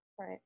Right